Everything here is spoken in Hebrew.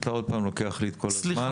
אתה עוד פעם לוקח לי את כל הזמן,